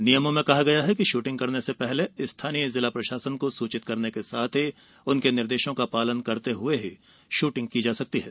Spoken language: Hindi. नियमों में कहा गया है कि शूटिंग करने से पहले स्थानीय जिला प्रशासन को सूचित करने के साथ ही उनके निर्देशों का पालन करते हुए शूटिंग की जासकती है